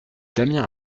damien